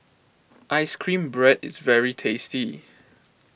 Ice Cream Bread is very tasty